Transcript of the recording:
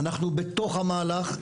אנחנו בתוך המהלך.